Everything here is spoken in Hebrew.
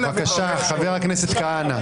בבקשה, חבר הכנסת כהנא.